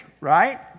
right